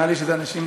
נראה לי שזה אנשים,